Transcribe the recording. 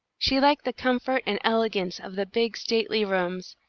she liked the comfort and elegance of the big, stately rooms,